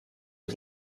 was